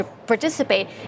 participate